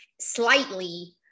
slightly